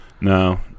No